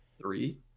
Three